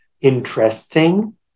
interesting